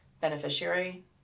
beneficiary